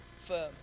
firm